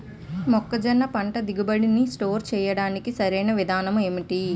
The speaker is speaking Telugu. మొక్కజొన్న పంట దిగుబడి నీ స్టోర్ చేయడానికి సరియైన విధానం ఎంటి?